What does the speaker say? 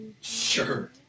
Sure